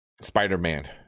Spider-Man